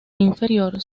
inferior